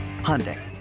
Hyundai